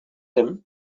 him